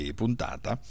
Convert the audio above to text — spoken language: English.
puntata